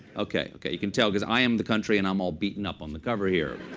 ok. ok, you can tell because i am the country, and i'm all beaten up on the cover here.